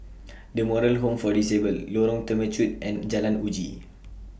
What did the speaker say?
The Moral Home For Disabled Lorong Temechut and Jalan Uji